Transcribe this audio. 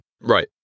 Right